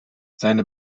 seine